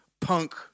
punk